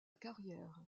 carrière